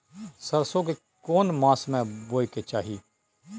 सरसो के केना मास में बोय के चाही?